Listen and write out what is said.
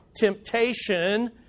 temptation